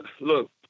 look